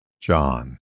John